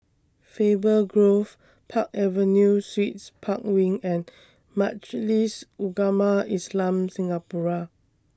Faber Grove Park Avenue Suites Park Wing and Majlis Ugama Islam Singapura